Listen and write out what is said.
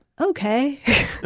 Okay